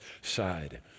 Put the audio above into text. side